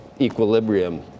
equilibrium